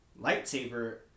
lightsaber